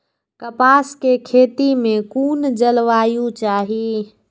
कपास के खेती में कुन जलवायु चाही?